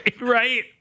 right